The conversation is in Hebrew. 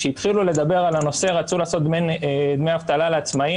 כשהתחילו לדבר על הנושא רצו לעשות דמי אבטלה לעצמאים